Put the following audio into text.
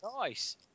nice